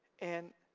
and